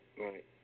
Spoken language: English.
Right